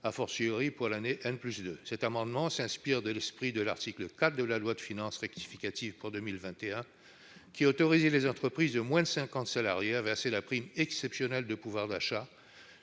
ni,, pour l'année . Cet amendement s'inspire de l'esprit de l'article 4 de la loi de finances rectificative pour 2021, qui autorise les entreprises de moins de cinquante salariés à verser la prime exceptionnelle de pouvoir d'achat